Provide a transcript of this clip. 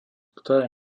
ktoré